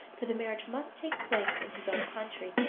for the marriage must take place in his own country.